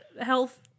health